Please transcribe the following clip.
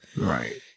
right